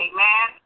Amen